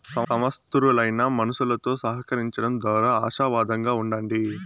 సమర్థులైన మనుసులుతో సహకరించడం దోరా ఆశావాదంగా ఉండండి